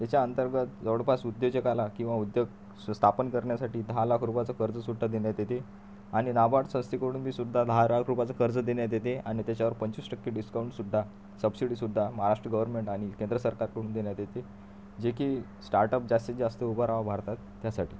त्याच्या अंतर्गत जवळपास उद्योजकाला किंवा उद्योग स्थापन करन्यासाठी दहा लाख रुपयाचं कर्ज सुद्धा देण्यात येते आणि नाबार्ड संस्थेकडून बीसुद्धा दहा लाख रुपयांचे कर्ज देण्यात येते आणि त्याच्यावर पंचवीस टक्के डिस्काउंट सुद्धा सबसीडी सुद्धा महाराष्ट्र गव्हर्नमेंट आणि केंद्र सरकारकडून देण्यात येते जे की स्टार्टअप जास्तीत जास्त उभा रहावा भारतात त्यासाठी